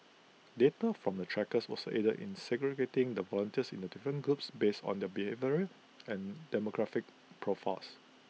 data from the trackers also aided in segregating the volunteers into different groups based on their behavioural and demographic profiles